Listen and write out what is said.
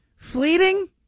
Fleeting